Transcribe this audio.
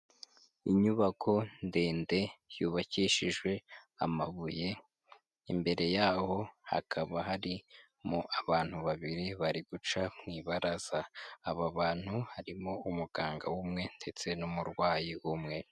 Inyubako ndende yubakishijwe amabuye, imbere yaho hakaba harimo abantu babiri bari guca mu ibaraza, aba bantu harimo umuganga umwe ndetse n'umurwayi umwe.